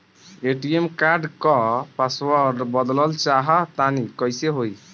ATM card क password बदलल चाहा तानि कइसे होई?